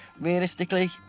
Realistically